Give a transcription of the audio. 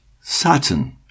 saturn